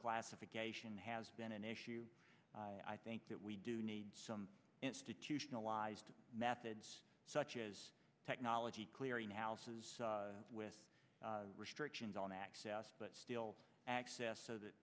classification has been an issue i think that we do need some institutionalized methods such as technology clearing houses with restrictions on access but still access so that